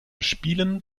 spielen